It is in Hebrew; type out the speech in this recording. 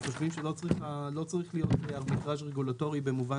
אנו חושבים שלא צריך להיות ארביטראז' רגולטורי במובן